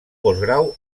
postgrau